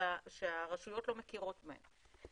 שהרשויות לא מכירות בהן.